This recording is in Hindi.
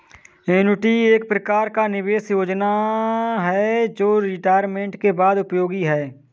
एन्युटी एक प्रकार का निवेश योजना है जो रिटायरमेंट के बाद उपयोगी है